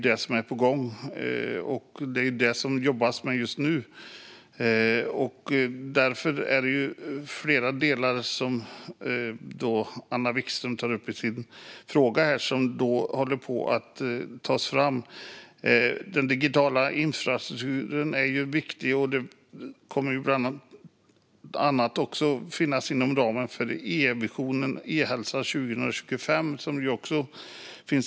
Det är det man jobbar med just nu, alltså flera delar av det som Anna Vikström tar upp i sin fråga. Den digitala infrastrukturen är viktig och kommer bland annat också att finnas inom ramen för Vision e-hälsa 2025.